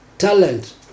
Talent